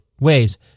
ways